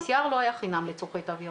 לא, PCR לא היה חינם לצורכי תו ירוק.